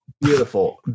Beautiful